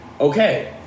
okay